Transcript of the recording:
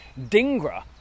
Dingra